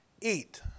eat